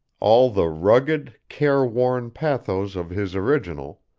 all the rugged, careworn pathos of his original,